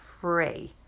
free